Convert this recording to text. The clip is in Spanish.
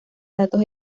datos